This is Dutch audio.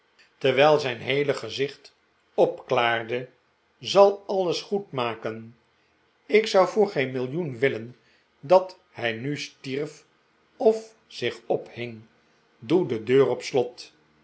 terwijl zijn heele gezicht opklaarde zal alles goedmaken ik zou voor geen millioen willen dat hij nu stierf of zich ophing doe de deur op slot